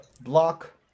block